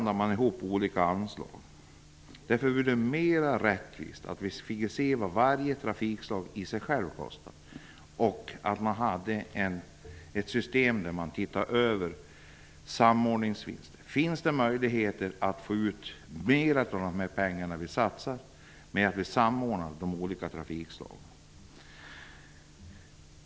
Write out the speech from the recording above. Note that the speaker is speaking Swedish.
Det vore mera rättvist om vi fick se vad varje trafikslag kostar i sig själv och om det fanns ett system för att komma fram till samordningsvinster. Finns det möjligheter att få ut mer av de pengar vi satsar genom att vi samordnar de olika trafikslagen?